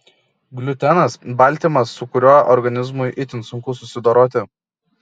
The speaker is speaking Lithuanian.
gliutenas baltymas su kuriuo organizmui itin sunku susidoroti